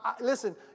Listen